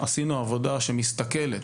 עשינו עבודה שמסתכלת